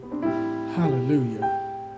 Hallelujah